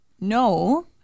No